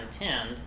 intend